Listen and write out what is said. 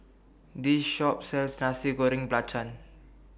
This Shop sells Nasi Goreng Belacan